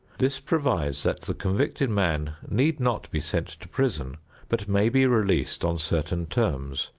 this provides that the convicted man need not be sent to prison but may be released on certain terms,